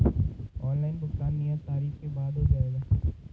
Online भुगतान नियत तारीख के बाद हो जाएगा?